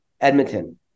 Edmonton